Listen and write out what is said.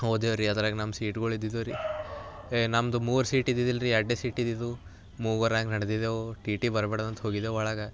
ಹೋದೆವು ರೀ ಅದ್ರಾಗೆ ನಮ್ಮ ಸೀಟ್ಗಳು ಇದ್ದಿದ್ವು ರೀ ಏ ನಮ್ಮದು ಮೂರು ಸೀಟ್ ಇದಿದಿಲ್ರೀ ಎರಡೇ ಸೀಟ್ ಇದ್ದಿದ್ದು ಮೂವರು ಹ್ಯಾಂಗ ನಡೆದಿದ್ದೆವು ಟಿ ಟಿ ಬರ್ಬಾರದಂತೆ ಹೋಗಿದ್ದೆವು ಒಳಗೆ